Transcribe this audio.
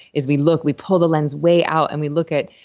is we look. we pull the lens way out and we look at,